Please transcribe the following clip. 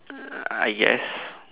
uh I guess